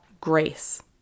grace